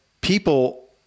people